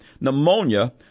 pneumonia